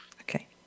Okay